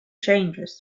changes